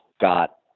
got